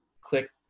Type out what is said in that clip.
click